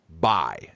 buy